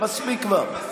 מספיק כבר.